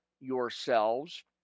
yourselves